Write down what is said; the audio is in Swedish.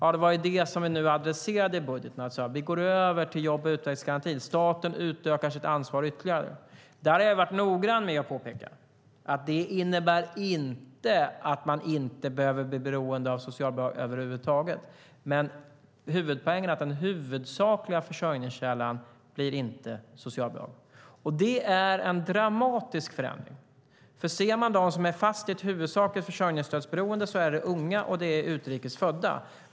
Det var ju det som vi adresserade i budgeten. Vi går över till jobb och utvecklingsgarantin. Staten utökar sitt ansvar ytterligare. Där har jag varit noggrann med att påpeka att det inte innebär att man inte behöver bli beroende av socialbidrag över huvud taget, men den huvudsakliga försörjningskällan blir inte socialbidrag. Det är en dramatisk förändring. Ser man på dem som är fast i ett huvudsakligt försörjningsstödsberoende kan man notera att det är unga och det är utrikes födda.